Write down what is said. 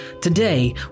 Today